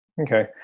Okay